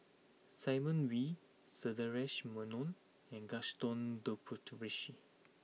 Simon Wee Sundaresh Menon and Gaston Dutronquoy